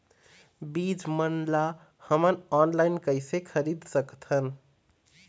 बीज मन ला हमन ऑनलाइन कइसे खरीद सकथन?